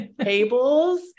tables